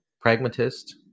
pragmatist